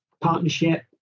partnership